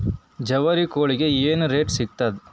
ಜವಾರಿ ಕೋಳಿಗಿ ಏನ್ ರೇಟ್ ಸಿಗ್ತದ?